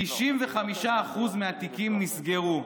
95% מהתיקים נסגרו.